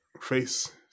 face